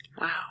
Wow